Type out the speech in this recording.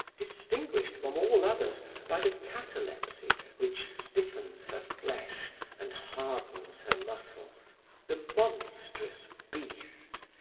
distinguished from all others by the catalepsy which stiffens her flesh and hardens her muscles the monstrous beast,